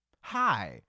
Hi